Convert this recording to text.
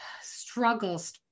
struggles